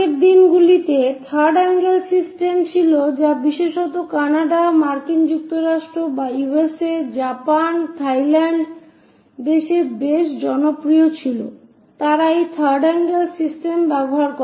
আগের দিনগুলিতে third angle system ছিল যা বিশেষত কানাডা মার্কিন যুক্তরাষ্ট্র জাপান থাইল্যান্ডের দেশে বেশ জনপ্রিয় ছিল তারা এই থার্ড আঙ্গেল সিস্টেম ব্যবহার করে